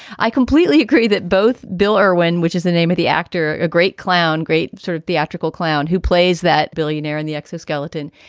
i completely agree that both bill irwin, which is the name of the actor, a great clown, great sort of theatrical clown who plays that billionaire in the exoskeleton.